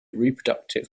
reproductive